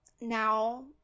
now